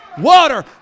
water